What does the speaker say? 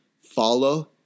follow